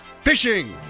fishing